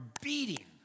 beating